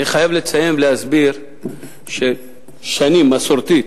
אני חייב לציין ולהסביר ששנים, מסורתית,